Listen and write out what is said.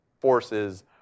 forces